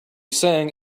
sang